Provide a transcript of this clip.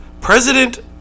President